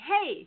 Hey